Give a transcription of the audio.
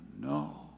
no